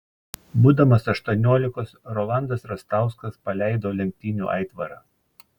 būdamas aštuoniolikos rolandas rastauskas paleido lenktynių aitvarą